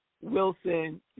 Wilson